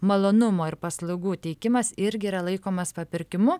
malonumo ir paslaugų teikimas irgi yra laikomas papirkimu